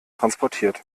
transportiert